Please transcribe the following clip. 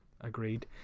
agreed